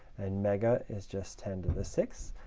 and mega is just ten to the six,